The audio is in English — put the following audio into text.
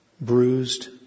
bruised